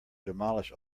demolish